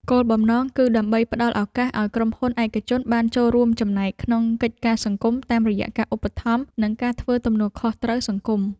គោលបំណងគឺដើម្បីផ្ដល់ឱកាសឱ្យក្រុមហ៊ុនឯកជនបានចូលរួមចំណែកក្នុងកិច្ចការសង្គមតាមរយៈការឧបត្ថម្ភ និងការធ្វើទំនួលខុសត្រូវសង្គម។